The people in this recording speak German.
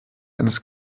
eines